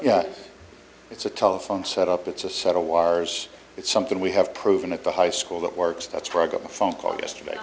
know it's a telephone set up it's a set of wires it's something we have proven at the high school that works that's why i got a phone call yesterday